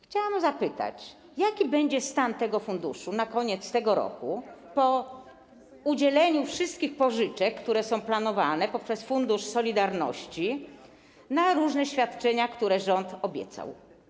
Chciałam zapytać, jaki będzie stan tego funduszu na koniec tego roku, po udzieleniu wszystkich pożyczek, które są planowane, poprzez fundusz solidarności, na różne świadczenia, które rząd obiecał.